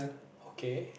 okay